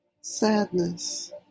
sadness